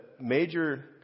major